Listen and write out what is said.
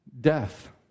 death